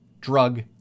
drug